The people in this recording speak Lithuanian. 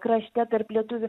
krašte tarp lietuvių